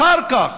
אחר כך,